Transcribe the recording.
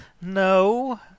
No